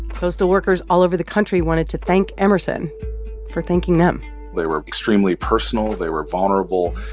postal workers all over the country wanted to thank emerson for thanking them they were extremely personal. they were vulnerable.